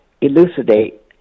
elucidate